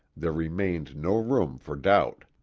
there remained no room for doubt.